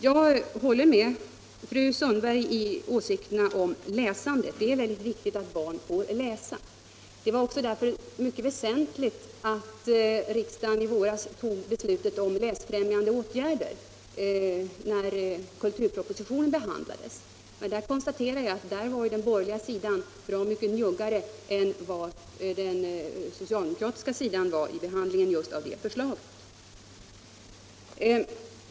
Jag håller med fru Sundberg i hennes åsikter om betydelsen av att barn får läsa mycket. Det var därför också mycket väsentligt att riksdagen i våras fattade beslutet om läsfrämjande åtgärder för barn och ungdom = Nr 15 när kulturpropositionen behandlades. Jag konstaterar att den borgerliga Tisdagen den sidan var bra mycket njuggare än regeringen vid behandlingen av just 4 november 1975 det förslaget.